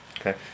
Okay